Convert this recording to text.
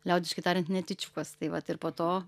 liaudiškai tariant netyčiukas tai vat ir po to